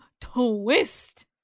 twist